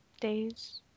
days